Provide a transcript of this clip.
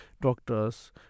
doctors